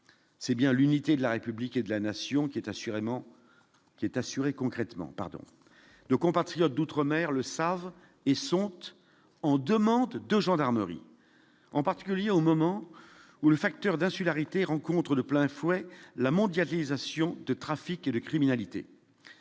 c'est bien l'unité de la République et de la nation qui est assurément qui est assuré, concrètement, pardon de compatriotes d'Outre-mer le savent et sont en demande de gendarmerie en particulier au moment où le facteur d'insularité rencontrent de plein fouet la mondialisation de trafic et de criminalité